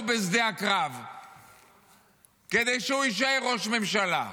בשדה הקרב כדי שהוא יישאר ראש ממשלה.